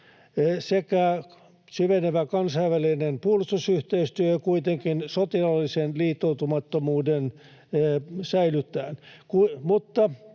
sekä syvenevä kansainvälinen puolustusyhteistyö, kuitenkin sotilaallisen liittoutumattomuuden säilyttäen.